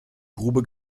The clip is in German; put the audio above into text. grube